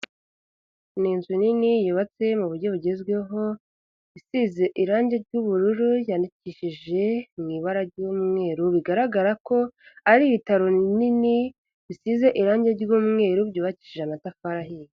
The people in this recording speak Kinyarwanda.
Ni inzu nini yubatse mu buryo bugezweho, isize irangi ry'ubururu, ryandikishije mu ibara ry'umweru, bigaragara ko ari ibitaro binini bisize irangi ry'umweru, byubakishije amatafari ahiye.